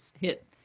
hit